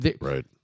right